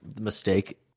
mistake